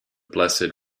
blessed